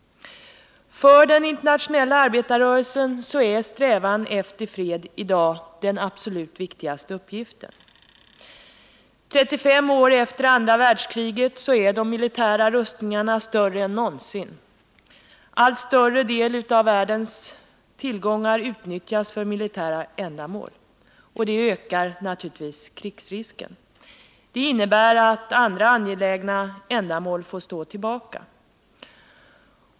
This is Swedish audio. För den internationella arbetarrörelsen är strävan efter fred i dag den viktigaste uppgiften. 35 år efter det andra världskriget är de militära rustningarna större än någonsin. Allt större del av världens tillgångar utnyttjas för militära ändamål. Detta ökar krigsrisken. Detta innebär att andra angelägna ändamål får stå tillbaka.